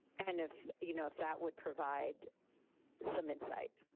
and if you know if that would provide some insight.